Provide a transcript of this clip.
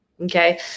Okay